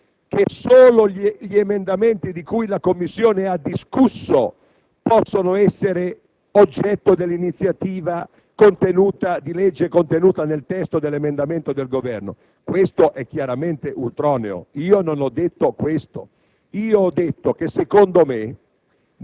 il senatore Ferrara, il quale afferma che solo gli emendamenti di cui la 5a Commissione ha discusso possono essere oggetto dell'iniziativa legislativa contenuta nel testo dell'emendamento del Governo. Questo è chiaramente ultroneo. Io non ho detto questo.